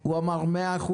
הוא אמר 100%,